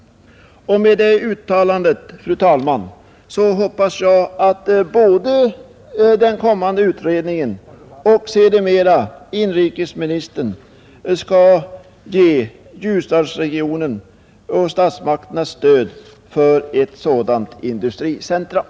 Mot bakgrund av det uttalandet, fru talman, hoppas jag att både utredningen och sedermera inrikesministern skall ge Ljusdalsregionen och statsmakterna stöd för ett sådant industricentrum.